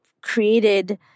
created